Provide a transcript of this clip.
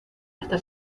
hasta